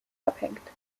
abhängt